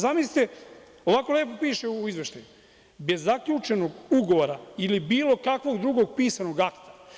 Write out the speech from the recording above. Zamislite, ovako lepo piše u izveštaju - bez zaključenog ugovora ili bilo kakvog drugog pisanog akta.